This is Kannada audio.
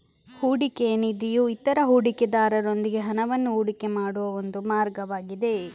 ಹೂಡಿಕೆಯ ನಿಧಿಯು ಇತರ ಹೂಡಿಕೆದಾರರೊಂದಿಗೆ ಹಣವನ್ನು ಹೂಡಿಕೆ ಮಾಡುವ ಒಂದು ಮಾರ್ಗವಾಗಿದೆ